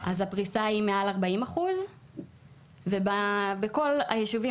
אז הפריסה היא מעל 40%. בכל היישובים